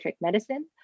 Medicine